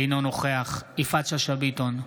אינו נוכח יפעת שאשא ביטון,